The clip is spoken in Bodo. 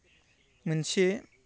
मोनसे